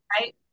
Right